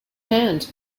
hand